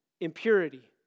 impurity